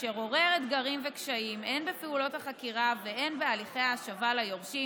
אשר עורר אתגרים וקשיים הן בפעולות החקירה והן בהליכי ההשבה ליורשים,